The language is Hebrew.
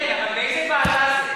כן, כן, אבל באיזו ועדה זה.